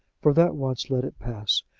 for that once let it pass.